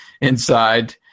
inside